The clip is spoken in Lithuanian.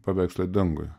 paveikslą dangui